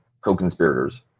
co-conspirators